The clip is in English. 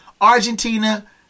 Argentina